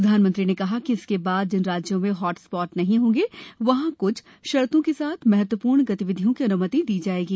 प्रधानमंत्रीने कहा कि इसके बाद जिन राज्यों में हॉट स्पॉट नहीं होंगे वहां कुछ शर्तों के साथ महत्वपूर्ण गतिविधियों की अनुमति दी जायेगी